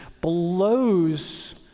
blows